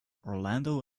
orlando